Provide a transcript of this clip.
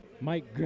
Mike